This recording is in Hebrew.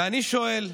ואני שואל,